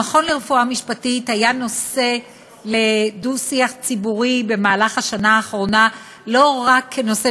המכון לרפואה משפטית היה נושא לשיח ציבורי במהלך השנה האחרונה לא רק כנושא